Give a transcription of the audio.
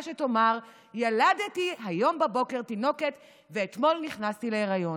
שתאמר: ילדתי היום בבוקר תינוקת ואתמול נכנסתי להיריון.